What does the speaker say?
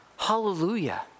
Hallelujah